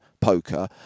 poker